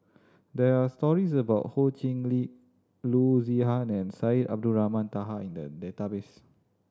there are stories about Ho Chee Lick Loo Zihan and Syed Abdulrahman Taha in the database